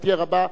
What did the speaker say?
לשמחתי הרבה,